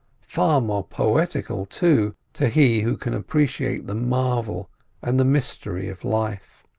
far more poetical, too, to he who can appreciate the marvel and the mystery of life.